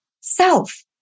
self